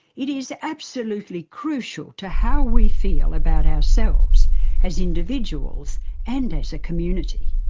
it is absolutely crucial to how we feel about ourselves as individuals and as a community.